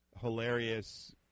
hilarious